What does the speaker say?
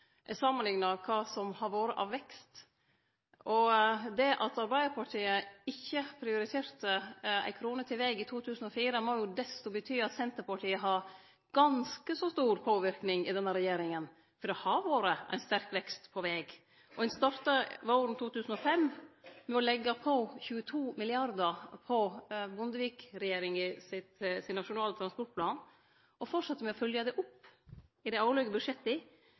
eg samanlikna kva som har vore av vekst. Det at Arbeidarpartiet ikkje prioriterte ei krone til veg i 2004, må jo bety at Senterpartiet har ganske så stor påverking i denne regjeringa, for det har vore ein sterk vekst på veg. Våren 2005 starta ein med å leggje på 22 mrd. kr på Bondevik-regjeringas Nasjonal transportplan, ein fortsette med å følgje det opp i dei årlege budsjetta,